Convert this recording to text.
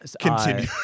Continue